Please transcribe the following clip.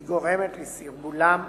היא גורמת לסרבולם,